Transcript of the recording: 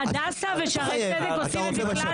הדסה ושערי צדק עושים את זה קלאסי.